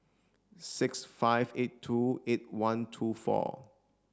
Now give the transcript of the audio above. six five eight two eight one two four